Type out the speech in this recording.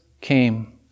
came